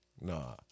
nah